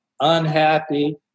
unhappy